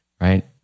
Right